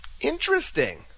Interesting